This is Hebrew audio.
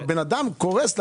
אבל אדם קורס.